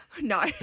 No